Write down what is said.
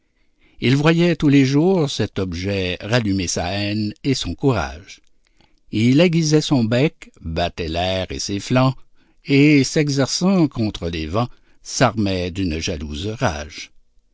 il voyait tous les jours cet objet rallumer sa haine et son courage il aiguisait son bec battait l'air et ses flancs et s'exerçant contre les vents s'armait d'une jalouse rage